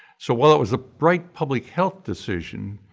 so while it was a bright public health decision,